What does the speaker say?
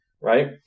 right